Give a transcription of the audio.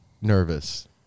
nervous